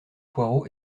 poireaux